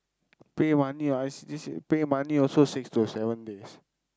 pay money or pay money also six to seven days